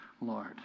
Lord